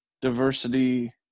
diversity